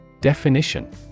Definition